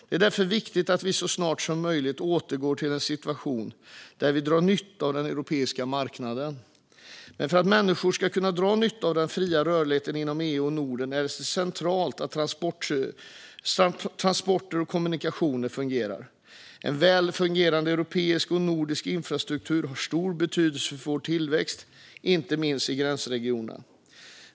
Det är därför viktigt att vi så snart som möjligt återgår till en situation där vi drar nytta av den europeiska marknaden. Men för att människor ska kunna dra nytta av den fria rörligheten inom EU och Norden är det centralt att transporter och kommunikationer fungerar. En välfungerande europeisk och nordisk infrastruktur har stor betydelse för vår tillväxt, inte minst i gränsregionerna.